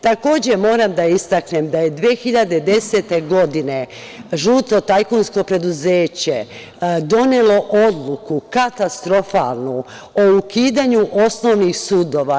Takođe, moram da istaknem da je 2010. godine, žuto tajkunsko preduzeće donelo katastrofalnu odluku o ukidanju osnovnih sudova.